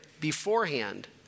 beforehand